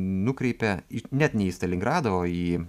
nukreipia iš net ne į stalingradą o į